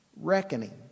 reckoning